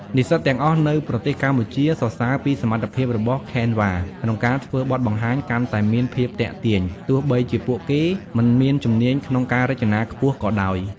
និស្សិតទាំងអស់នៅប្រទេសកម្ពុជាសរសើរពីសមត្ថភាពរបស់ Canva ក្នុងការធ្វើឱ្យបទបង្ហាញកាន់តែមានភាពទាក់ទាញ ទោះបីជាពួកគេមិនមានជំនាញក្នុងការរចនាខ្ពស់ក៏ដោយ។